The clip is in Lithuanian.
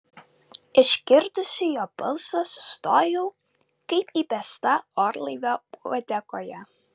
išgirdusi jo balsą sustojau kaip įbesta orlaivio uodegoje